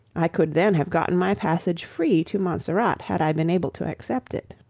i could then have gotten my passage free to montserrat had i been able to accept it.